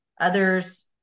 others